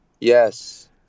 yes